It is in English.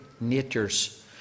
natures